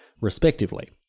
respectively